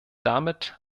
damit